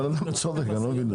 לא מבין את זה.